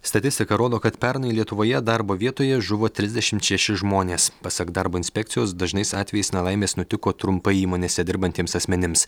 statistika rodo kad pernai lietuvoje darbo vietoje žuvo trisdešimt šeši žmonės pasak darbo inspekcijos dažnais atvejais nelaimės nutiko trumpai įmonėse dirbantiems asmenims